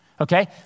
Okay